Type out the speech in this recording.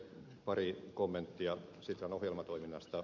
pari kommenttia sitran ohjelmatoiminnasta